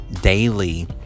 daily